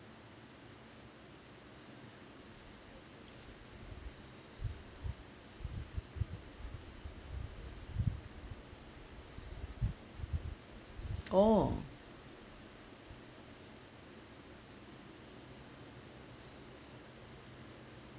oh